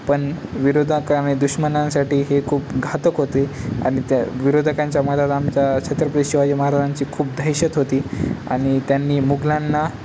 पण विरोधक आणि दुष्मनांसाठी हे खूप घातक होते आणि त्या विरोधकांच्या मध्यात आमच्या छत्रपती शिवाजी महाराजांची खूप दहशत होती आणि त्यांनी मुगलांना